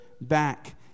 back